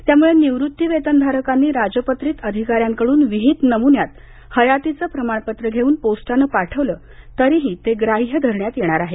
त्यामुळं निवृत्ती वेतन धारकांनी राजपत्रित अधिकार्यांककडून विहीत नमून्यात हयातीचं प्रमाणपत्र घेऊन पोस्टानं पाठवलं तरीही ते ग्राह्य धरण्यात येणार आहे